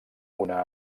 una